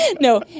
No